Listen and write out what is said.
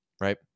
right